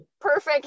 perfect